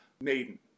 Maiden